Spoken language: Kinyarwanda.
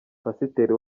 pasiteri